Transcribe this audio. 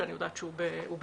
שאני יודעת שהוא במחלוקת.